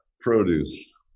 produce